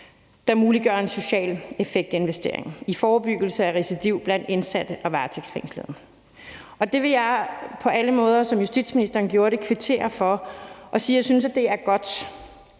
der muliggør en social effekt-investering i forebyggelse af recidiv blandt indsatte og varetægtsfængslede. Det vil jeg på alle måder, som justitsministeren også gjorde det, kvittere for, og jeg vil sige, at jeg synes, at det er godt,